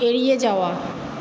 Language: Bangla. এড়িয়ে যাওয়া